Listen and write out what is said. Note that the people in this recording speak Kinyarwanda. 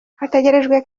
hategerejwe